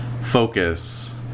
focus